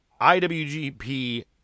IWGP